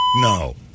No